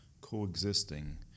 coexisting